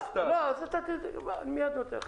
לא, מיד אני נותן לך.